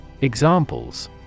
Examples